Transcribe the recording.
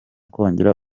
kongera